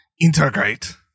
Integrate